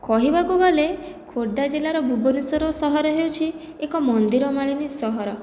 କହିବାକୁ ଗଲେ ଖୋର୍ଦ୍ଧା ଜିଲ୍ଲାର ଭୁବନେଶ୍ୱର ସହର ହେଉଛି ଏକ ମନ୍ଦିରମାଳିନୀ ସହର